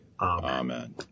Amen